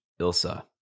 Ilsa